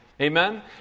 amen